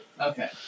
Okay